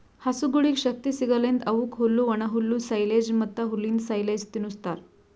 ಹಸುಗೊಳಿಗ್ ಶಕ್ತಿ ಸಿಗಸಲೆಂದ್ ಅವುಕ್ ಹುಲ್ಲು, ಒಣಹುಲ್ಲು, ಸೈಲೆಜ್ ಮತ್ತ್ ಹುಲ್ಲಿಂದ್ ಸೈಲೇಜ್ ತಿನುಸ್ತಾರ್